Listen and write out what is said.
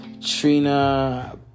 Trina